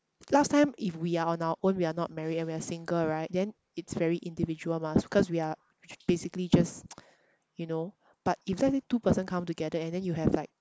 last time if we are on our own we are not married and we are single right then it's very individual mah cause we are basically just you know but if let's say two person come together and then you have like